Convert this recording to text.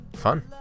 fun